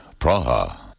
Praha